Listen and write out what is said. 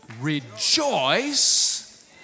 rejoice